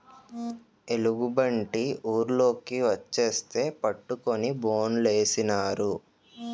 ఎలుగుబంటి ఊర్లోకి వచ్చేస్తే పట్టుకొని బోనులేసినారు